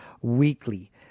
weekly